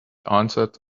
answered